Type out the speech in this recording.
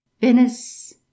Venice